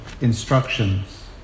instructions